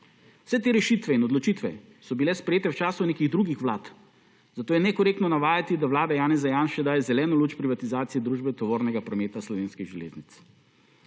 Vse te rešitve in odločitve so bile sprejete v času nekih drugih vlad, zato je nekorektno navajati, da vlada Janeza Janše daje zeleno luč privatizacije družbe tovornega prometa Slovenskih železnic.